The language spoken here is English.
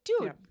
dude